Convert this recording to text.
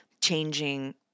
changing